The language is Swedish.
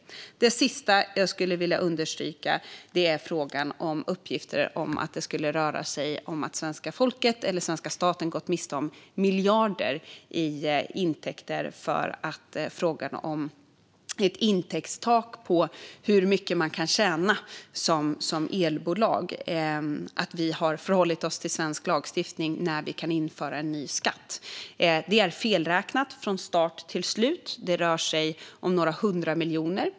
Det tredje och sista jag skulle vilja understryka handlar om uppgifterna om att svenska staten skulle ha gått miste om miljarder i intäkter för att vi har förhållit oss till svensk lagstiftning i frågan om ett intäktstak för hur mycket ett elbolag kan tjäna och när vi kan införa en ny skatt. Det är felräknat från start till slut. Det rör sig om några hundra miljoner.